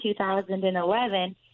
2011